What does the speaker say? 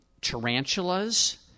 tarantulas